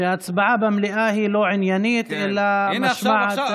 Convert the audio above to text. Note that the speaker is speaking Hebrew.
שהצבעה במליאה היא לא עניינית אלא, הינה, עכשיו.